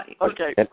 Okay